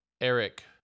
Eric